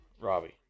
Robbie